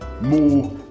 more